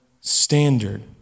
standard